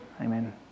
Amen